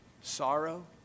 sorrow